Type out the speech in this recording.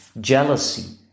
jealousy